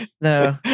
No